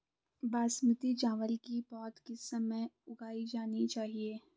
बासमती चावल की पौध किस समय उगाई जानी चाहिये?